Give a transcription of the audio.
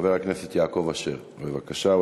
חבר הכנסת יעקב אשר, בבקשה.